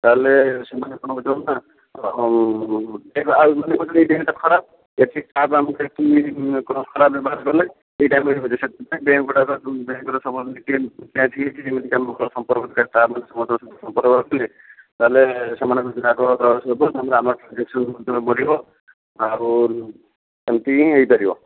ତାହେଲେ ସେମାନେ କ'ଣ କରୁଛନ୍ତି ନା କ'ଣ ଖରାପ୍ ବ୍ୟବହାର କଲେ ଆଉ ଏମିତି ହିଁ ହେଇପାରିବ